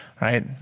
right